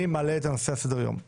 אני מעלה את הנושא להצבעה.